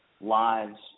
lives